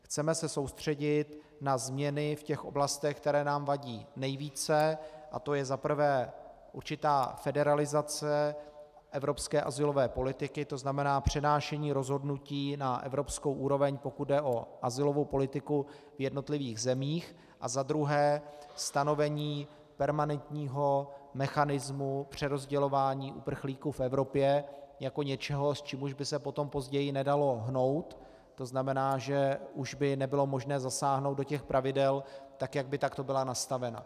Chceme se soustředit na změny v oblastech, které nám vadí nejvíce, a to je za prvé určitá federalizace evropské azylové politiky, to znamená přenášení rozhodnutí na evropskou úroveň, pokud jde o azylovou politiku v jednotlivých zemích, a za druhé stanovení permanentního mechanismu přerozdělování uprchlíků v Evropě jako něčeho, s čím už by se potom později nedalo hnout, to znamená, že už by nebylo možné zasáhnout do pravidel, jak by takto byla nastavena.